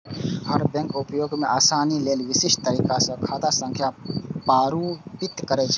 हर bank उपयोग मे आसानी लेल विशिष्ट तरीका सं खाता संख्या प्रारूपित करै छै